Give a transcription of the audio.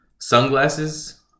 sunglasses